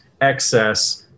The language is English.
excess